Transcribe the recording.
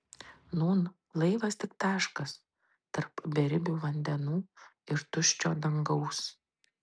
nūn laivas tik taškas tarp beribių vandenų ir tuščio dangaus